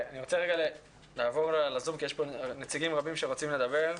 אני רוצה לעבור ל-זום כי יש כאן נציגים רבים שרוצים לדבר.